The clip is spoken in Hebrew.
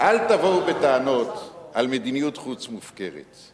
אל תבואו בטענות על מדיניות חוץ מופקרת.